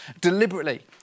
deliberately